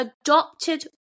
adopted